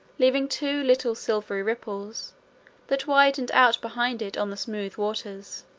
leaving two little silvery ripples that widened out behind it on the smooth waters.